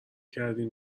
کردین